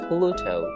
Pluto